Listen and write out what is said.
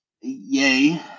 yay